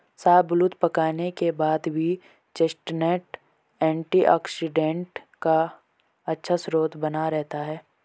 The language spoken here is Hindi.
शाहबलूत पकाने के बाद भी चेस्टनट एंटीऑक्सीडेंट का अच्छा स्रोत बना रहता है